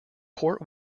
port